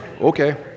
Okay